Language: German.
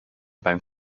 beim